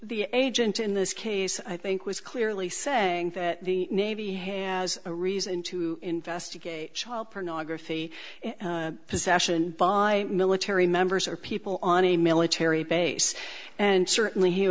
the agent in this case i think was clearly saying that the navy has a reason to investigate child pornography possession by military members or people on a military base and certainly h